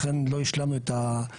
לכן לא השלמנו את המהלך.